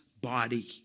body